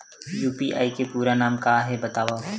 UPI के पूरा नाम का हे बतावव?